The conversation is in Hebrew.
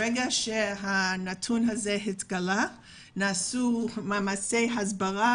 ברגע שהנתון הזה התגלה נעשו מאמצי הסברה